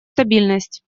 стабильность